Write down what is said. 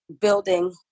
building